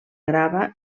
grava